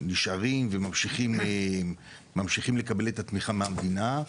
נשארים וממשיכים לקבל את התמיכה מהמדינה,